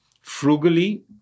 frugally